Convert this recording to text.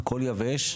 הכול יבש,